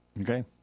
Okay